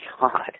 God